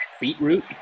Beetroot